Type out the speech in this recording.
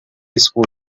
school